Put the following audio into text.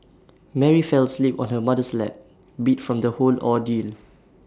Mary fell asleep on her mother's lap beat from the whole ordeal